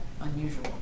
unusual